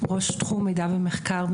ראש תחום מידע ומחקר,